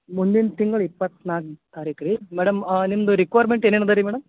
ಮುಂದಿನ ತಿಂಗ್ಳ ಇಪ್ಪತ್ತ ನಾಲ್ಕು ತಾರೀಕು ರೀ ಮೇಡಮ್ ನಿಮ್ದು ರಿಕ್ವೈರ್ಮೆಂಟ್ ಏನೇನು ಅದ ರೀ ಮೇಡಮ್